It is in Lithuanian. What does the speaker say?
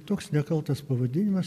toks nekaltas pavadinimas